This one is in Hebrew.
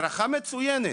הדרכה מצוינת,